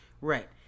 Right